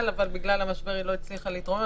אבל בגלל המשבר היא לא הצליחה להתרומם.